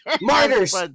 martyrs